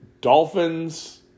Dolphins